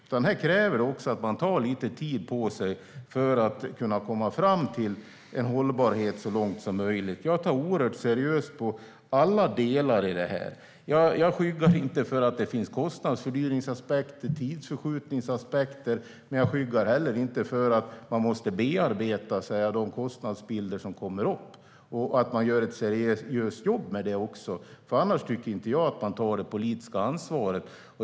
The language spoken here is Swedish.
Detta kräver att man tar lite tid på sig för att så långt som möjligt kunna komma fram till en hållbarhet. Jag tar oerhört seriöst på alla delar i detta. Jag skyggar inte för att det finns kostnadsfördyrings och tidsförskjutningsaspekter, men jag skyggar heller inte för att man måste bearbeta de kostnadsbilder som kommer upp och också göra ett seriöst jobb med dem. Annars tycker jag inte att man tar det politiska ansvaret.